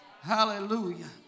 Hallelujah